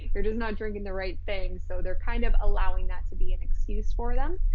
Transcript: there does not drink in the right thing. so they're kind of allowing that to be an excuse for them.